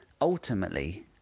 Ultimately